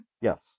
Yes